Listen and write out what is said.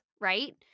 Right